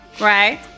Right